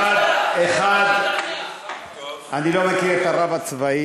1. אני לא מכיר את הרב הצבאי,